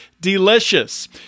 delicious